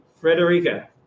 Frederica